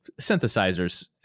synthesizers